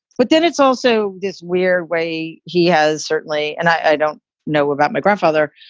but then it's also this weird way. he has certainly and i don't know about my grandfather,